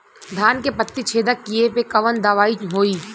धान के पत्ती छेदक कियेपे कवन दवाई होई?